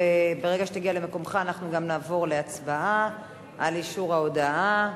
וברגע שתגיע למקומך אנחנו גם נעבור להצבעה על אישור ההודעה.